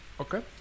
Okay